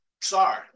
Sorry